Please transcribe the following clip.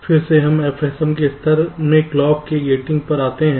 फिर से हम FSM के स्तर में क्लॉक के गेटिंग पर आते हैं